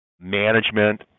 Management